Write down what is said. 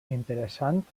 interessant